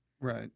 Right